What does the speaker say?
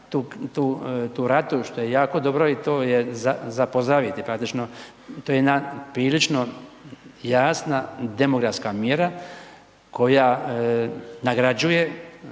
tu ratu, što je jako dobro i to je za pozdraviti praktično. To je jedna prilično jasna i demografska mjera koja nagrađuje